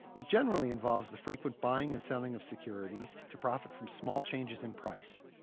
it generally involves the frequent buying and selling of securities to profit from small changes in prices.